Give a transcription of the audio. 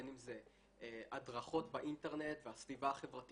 בין אם זה הדרכות באינטרנט והסביבה החברתית